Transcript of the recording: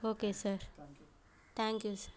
okay sir thank you sir